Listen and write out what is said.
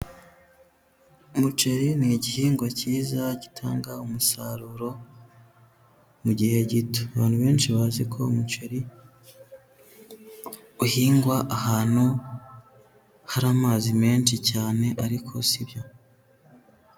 Umuceri ni igihingwa cyiza gitanga umusaruro mu gihe gito. Abantu benshi bazi ko umuceri uhingwa ahantu hari amazi menshi cyane ariko sibyo.